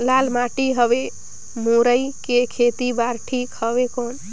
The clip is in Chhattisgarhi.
लाल माटी हवे मुरई के खेती बार ठीक हवे कौन?